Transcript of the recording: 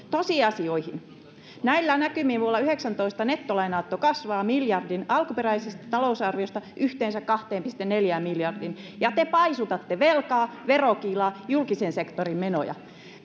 tosiasioihin näillä näkymin vuonna yhdeksäntoista nettolainanotto kasvaa miljardin alkuperäisestä talousarviosta yhteensä kahteen pilkku neljään miljardiin ja te paisutatte velkaa verokiilaa julkisen sektorin menoja